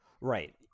Right